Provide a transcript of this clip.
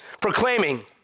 proclaiming